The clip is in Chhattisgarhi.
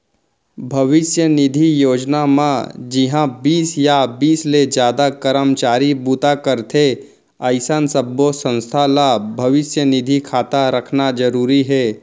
भविस्य निधि योजना म जिंहा बीस या बीस ले जादा करमचारी बूता करथे अइसन सब्बो संस्था ल भविस्य निधि खाता रखना जरूरी हे